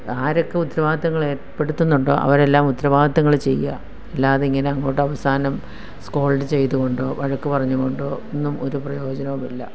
ആരൊക്കെ ഉത്തരവാദിത്തങ്ങൾ ഏർപ്പെടുത്തുന്നുണ്ടോ അവരെല്ലാം ഉത്തരവാദിത്തങ്ങള് ചെയ്യുക അല്ലാതെ ഇങ്ങനെ അങ്ങോട്ട് അവസാനം സ്കോൾഡ് ചെയ്തതുകൊണ്ടോ വഴക്കു പറഞ്ഞുകൊണ്ടോ ഒന്നും ഒരു പ്രയോജനവുമില്ല